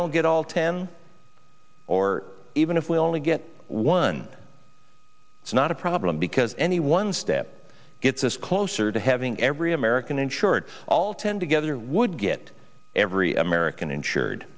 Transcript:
don't get all ten or even if we only get one it's not a problem because any one step gets us closer to having every american insured all ten together would get every american insured